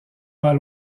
pas